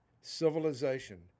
civilization